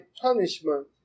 punishment